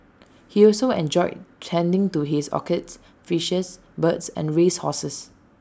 he also enjoyed tending to his orchids fishes birds and race horses